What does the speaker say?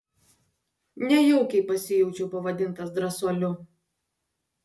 nejaukiai pasijaučiau pavadintas drąsuoliu